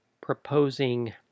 proposing